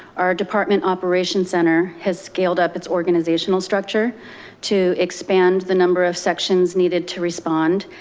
our department operations center has scaled up its organizational structure to expand the number of sections needed to respond.